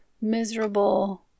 miserable